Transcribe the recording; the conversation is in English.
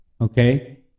Okay